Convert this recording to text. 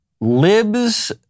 Libs